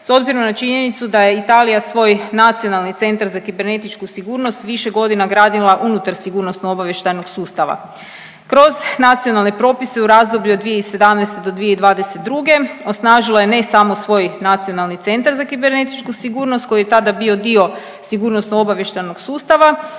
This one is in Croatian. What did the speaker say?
s obzirom na činjenicu da je Italija svoj nacionalni centar za kibernetičku sigurnost više godina gradila unutar sigurnosno obavještajnog sustava. Kroz nacionalne propise u razdoblju od 2017.-2022. osnažilo je ne samo svoj nacionalni centar za kibernetičku sigurnost koji je tada bio sigurnosno obavještajnog sustava